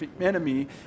enemy